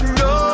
no